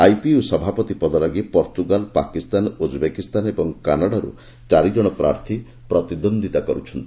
IPU ସଭାପତି ପଦ ଲାଗି ପର୍ତ୍ତୃଗାଲ ପାକିସ୍ତାନ ଉଜ୍ଜବେକିସ୍ତାନ ଓ କାନାଡ଼ାରୁ ଚାରି ଜଣ ପ୍ରାର୍ଥୀ ପ୍ରତିଦ୍ୱନ୍ଦ୍ୱିତା କରୁଛନ୍ତି